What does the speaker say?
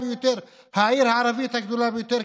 העיר הערבית הגדולה ביותר,